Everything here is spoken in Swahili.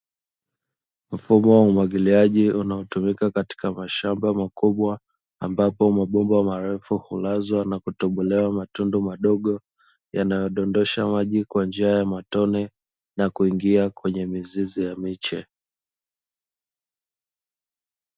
Mfumo wa umwagiliaji unaotumika katika mashamba makubwa, ambapo mabomba marefu hulazwa na kutobolewa matundu madogo yanayodondosha maji kwa njia ya matone na kuingia kwenye mizizi ya miche.